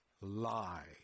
lie